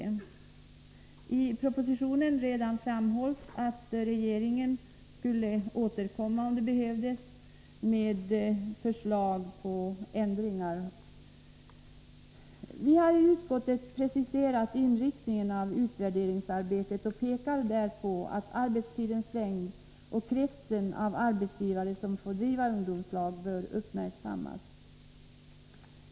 Redan i propositionen framhålls att regeringen skulle återkomma, om det behövdes, med förslag till ändringar. Vi har i utskottet preciserat inriktningen av utvärderingsarbetet och pekar på att arbetstidens längd och kretsen av arbetsgivare som får bedriva verksamhet med ungdomslag bör uppmärksammas.